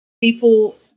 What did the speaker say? people